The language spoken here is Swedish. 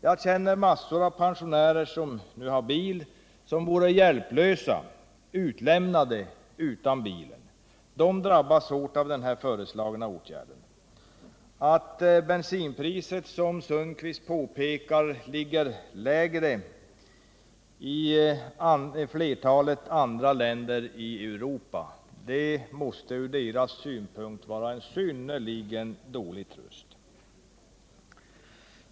Jag känner mängder av pensionärer som nu har bil men som vore hjälplösa och helt utlämnade utan bilen. De kommer att drabbas hårt av den föreslagna åtgärden. Att bensinpriset som herr Sundkvist påpekar ligger lägre än i flertalet andra länder i Europa torde ur deras synpunkt sett vara en synnerligen dålig tröst.